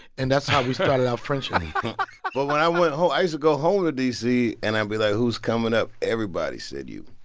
and that's how we started our friendship but when i went home i used to go home to d c. and i'd be like, who's coming up? everybody said you.